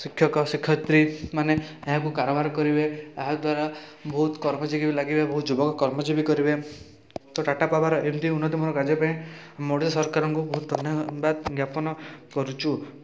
ଶିକ୍ଷକ ଶିକ୍ଷୟତ୍ରୀମାନେ ଏହାକୁ କାରବାର କରିବେ ଏହାଦ୍ଵାରା ବହୁତ କର୍ମଜୀବି ଲାଗିବେ ବହୁତ ଯୁବକ କର୍ମଜୀବି କରିବେ ତ ଟାଟା ପାୱାର ଏମିତି ଉନ୍ନତମୂଳକ କାର୍ଯ୍ୟ ପାଇଁ ମଡ଼େଲ ସରକାରଙ୍କୁ ବହୁତ ଧନ୍ୟବାଦ ଜ୍ଞାପନ କରୁଛୁ